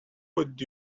would